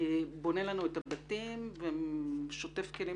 בונה לנו את הבתים ושוטף כלים